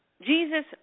Jesus